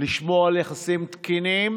לשמור על יחסים תקינים